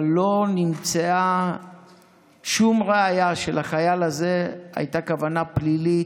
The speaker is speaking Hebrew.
אבל לא נמצאה שום ראיה שלחייל הזה הייתה כוונה פלילית,